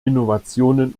innovationen